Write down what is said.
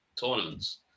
tournaments